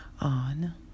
on